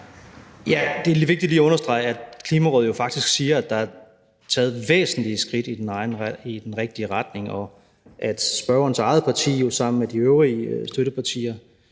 lidt vigtigt lige at understrege, at Klimarådet jo faktisk siger, at der er taget væsentlige skridt i den rigtige retning, og at spørgerens eget parti sammen med de øvrige støttepartier